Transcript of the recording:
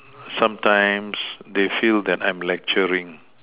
sometimes they feel like I'm lecturing